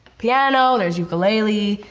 piano, there's ukelele,